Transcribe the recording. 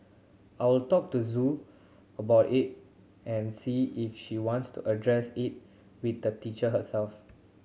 I'll talk to Zoe about it and see if she wants to address it with the teacher herself